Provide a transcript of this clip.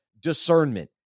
discernment